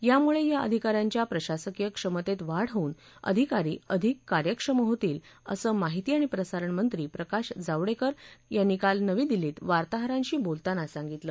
यामुळे या अधिकाऱ्यांच्या प्रशासकीय क्षमतेत वाढ होऊन अधिकारी अधिक कार्यक्षम होतील असं माहिती आणि प्रसारण मंत्री प्रकाश जावडेकर यांनी काल नवी दिल्लीत वार्ताहरांशी बोलताना सांगितलं